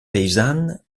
paysanne